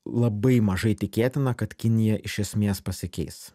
labai mažai tikėtina kad kinija iš esmės pasikeis